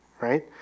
Right